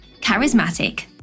Charismatic